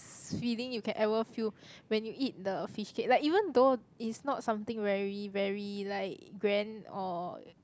feeling you can ever feel when you eat the fishcake like even though it's not something very very like grand or